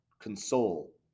console